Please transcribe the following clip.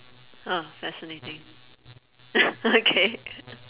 ah fascinating okay